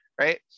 Right